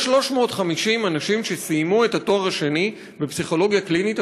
יש 350 אנשים שסיימו את התואר השני בפסיכולוגיה קלינית,